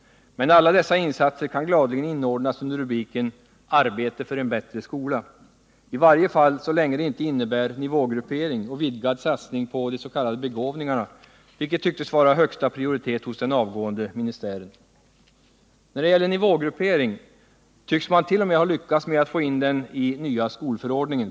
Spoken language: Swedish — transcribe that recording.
Men alla dessa insatser kan gladeligen inordnas under rubriken ”Arbete för en bättre skola” — i varje fall så länge de inte innebär nivågruppering och vidgad satsning på de s.k. begåvningarna, vilket tycktes ha högsta prioritet hos den avgående ministären. När det gäller nivågruppering tycks man t.o.m. ha lyckats med att få in den i nya skolförordningen.